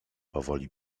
powoli